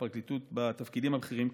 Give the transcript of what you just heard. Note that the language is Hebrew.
והפרקליטות בתפקידים הבכירים.